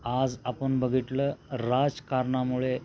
आज आपण बघितलं राजकारणामुळे